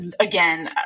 again